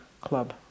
club